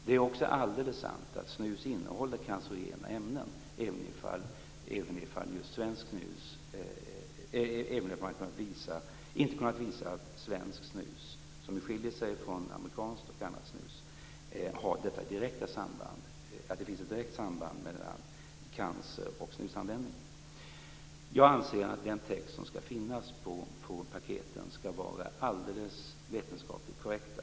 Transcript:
Det är också alldeles sant att snus innehåller cancerogena ämnen, även om man inte kunnat visa att det just när det gäller svenskt snus - som ju skiljer sig från amerikanskt och annat snus - finns ett direkt samband mellan cancer och snusanvändning. Jag anser att den text som skall finnas på paketen skall vara alldeles vetenskapligt korrekt.